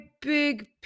big